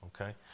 Okay